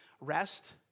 rest